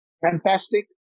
fantastic